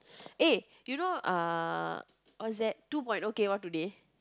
eh you know uh what is that two point O came out today